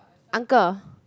uncle